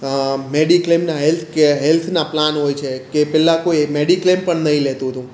મેડિક્લેમનાં healthcare હેલ્થના plan હોય છે કે પહેલાં કોઇ મેડીક્લેમ પણ નહીં લેતું હતુ